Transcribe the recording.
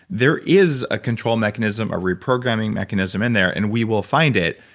there is a control mechanism, a reprogramming mechanism in there and we will find it.